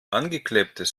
angeklebtes